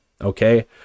Okay